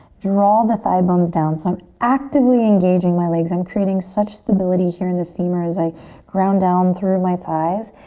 draw the thigh bones down. so actively engaging my legs. i'm creating such stability here in the femur as i ground down through my thighs.